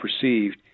perceived